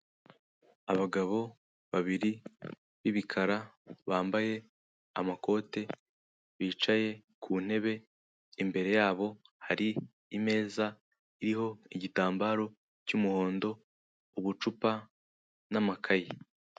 Abagabo babiri b'ibikara bambaye amakote bicaye ku ntebe, imbere yabo hari imeza iriho igitambaro cy'umuhondo ubucupa n'amakaye.